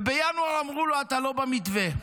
ובינואר אמרו לו: אתה לא במתווה,